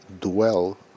dwell